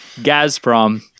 Gazprom